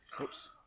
Oops